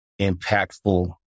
impactful